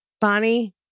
Bonnie